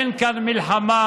אין כאן מלחמה,